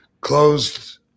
closed